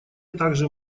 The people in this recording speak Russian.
также